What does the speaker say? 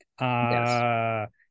Yes